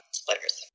splitters